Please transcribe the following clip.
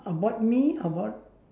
about me about